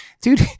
Dude